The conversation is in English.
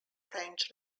french